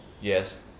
Yes